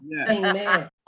Amen